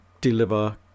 deliver